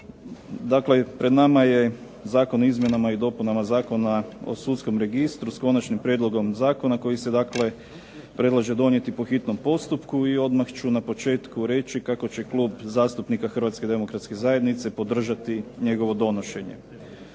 Dakle pred nama je Zakon o izmjenama i dopunama Zakona o sudskom registru s konačnim prijedlogom zakona koji se dakle predlaže donijeti po hitnom postupku i odmah ću na početku reći kako će Klub zastupnika Hrvatske demokratske zajednice podržati njegovo donošenje.